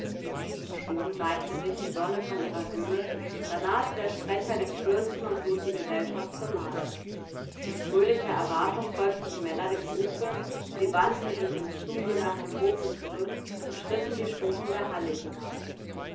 schon neigte sich die sonne von ihrer höhe da nahte der sprecher dem fürsten und lud die gesellschaft zum mahle in fröhlicher erwartung folgten die männer dem rufe sie wandten sich im zuge nach dem hofe zurück und schritten die stufen der halle hinauf